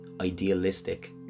idealistic